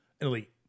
elite